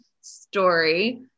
story